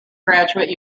graduate